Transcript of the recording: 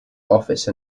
office